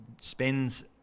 spends